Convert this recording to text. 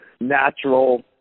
natural